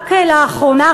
רק לאחרונה,